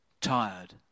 Tired